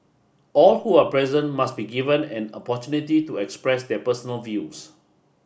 all who are present must be given an opportunity to express their personal views